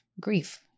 grief